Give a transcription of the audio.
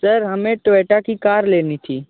sir हमें Toyota की car लेनी थी